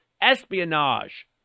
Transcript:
espionage